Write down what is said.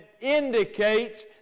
indicates